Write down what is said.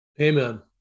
amen